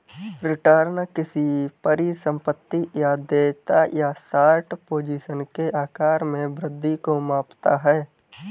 return किसी परिसंपत्ति या देयता या शॉर्ट पोजीशन के आकार में वृद्धि को मापता है